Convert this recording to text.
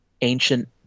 ancient